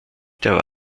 der